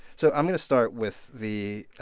so i'm going to start with the